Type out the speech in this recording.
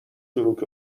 چروک